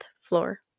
floor